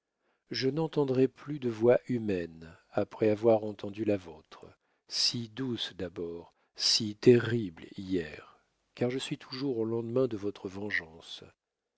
je n'entendrai plus de voix humaine après avoir entendu la vôtre si douce d'abord si terrible hier car je suis toujours au lendemain de votre vengeance